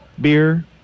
beer